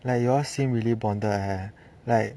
like you all seem really bonded eh like